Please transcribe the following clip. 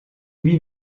lui